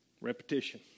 repetition